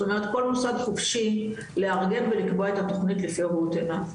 זאת אומרת כל מוסד חופשי לארגן ולקבוע את המתכונת לפי ראות עיניו.